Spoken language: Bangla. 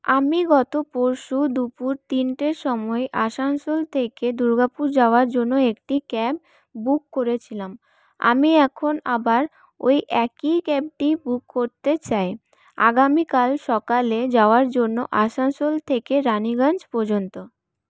আমি গত পরশু দুপুর তিনটের সময় আসানসোল থেকে দুর্গাপুর যাওয়ার জন্য একটি ক্যাব বুক করেছিলাম আমি এখন আবার ওই একই ক্যাবটি বুক করতে চাই আগামীকাল সকালে যাওয়ার জন্য আসানসোল থেকে রাণীগঞ্জ পর্যন্ত